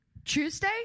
Tuesday